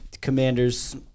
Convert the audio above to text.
commanders